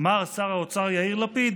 אמר שר האוצר יאיר לפיד